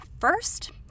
first